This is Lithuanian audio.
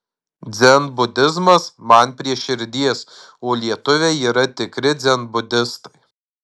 dzenbudizmas man prie širdies o lietuviai yra tikri dzenbudistai